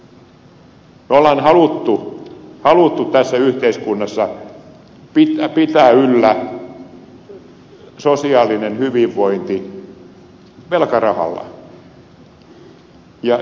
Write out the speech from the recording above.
me olemme halunneet tässä yhteiskunnassa pitää yllä sosiaalista hyvinvointia velkarahalla